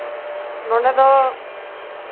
ᱱᱚᱰᱮ ᱫᱚ